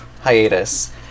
hiatus